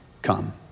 Come